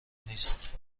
نیست